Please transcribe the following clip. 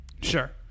Sure